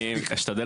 אני אשתדל